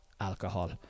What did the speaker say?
alcohol